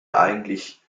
eigentlich